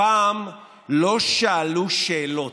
הפעם לא שאלו שאלות.